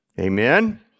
Amen